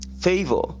favor